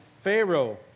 Pharaoh